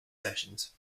sessions